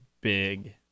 big